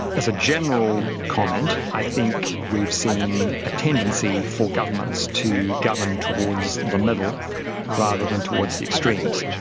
as a general comment, i think we've seen a tendency for governments to govern towards the middle rather than towards the extremes.